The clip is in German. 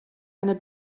eine